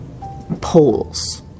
poles